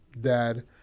dad